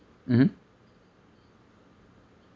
mmhmm